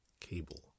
Cable